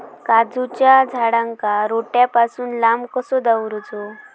काजूच्या झाडांका रोट्या पासून लांब कसो दवरूचो?